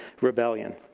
rebellion